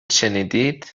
شنیدید